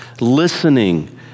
listening